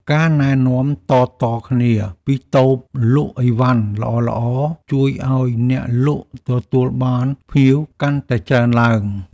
ការណែនាំតៗគ្នាពីតូបលក់ឥវ៉ាន់ល្អៗជួយឱ្យអ្នកលក់ទទួលបានភ្ញៀវកាន់តែច្រើនឡើង។